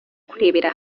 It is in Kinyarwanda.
kurebera